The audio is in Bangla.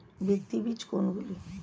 ভিত্তি বীজ কোনগুলি?